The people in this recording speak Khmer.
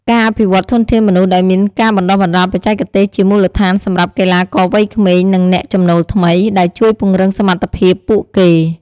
ការអភិវឌ្ឍធនធានមនុស្សដោយមានការបណ្តុះបណ្តាលបច្ចេកទេសជាមូលដ្ឋានសម្រាប់កីឡាករវ័យក្មេង និងអ្នកចំណូលថ្មី ដែលជួយពង្រឹងសមត្ថភាពពួកគេ។